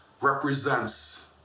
represents